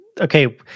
okay